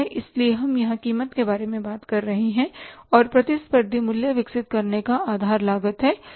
इसलिए हम यहां कीमत के बारे में बात कर रहे हैं और प्रतिस्पर्धी मूल्य विकसित करने का आधार लागत है